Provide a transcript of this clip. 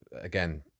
again